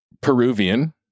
Peruvian